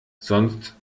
sonst